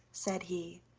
said he,